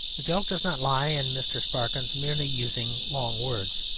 the joke does not lie in mr. sparkins merely using long words,